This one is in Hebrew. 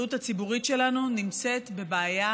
מערכת הבריאות הציבורית שלנו,